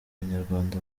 banyarwanda